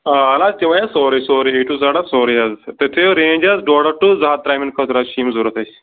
آ نہَ حظ تِم حظ سورُے سورُے اے ٹُو زڈ حظ سورُے حظ تُہۍ تھٲوِو رینٛج حظ ڈۄڈ ٹُو زٕ ہَتھ ترٛامٮ۪ن خٲطرٕ حظ چھِ یِم ضروٗرت اَسہِ